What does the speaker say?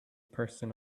person